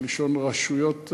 מלשון רשויות,